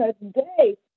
today